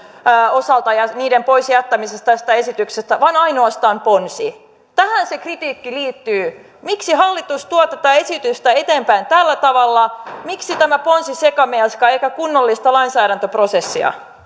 osalta ja niiden poisjättämisestä tästä esityksestä vaan ainoastaan ponsi tähän se kritiikki liittyy miksi hallitus tuo tätä esitystä eteenpäin tällä tavalla miksi tämä ponsisekamelska eikä kunnollista lainsäädäntöprosessia